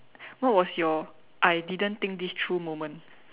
what was your I didn't think this through moment